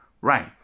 Right